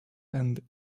and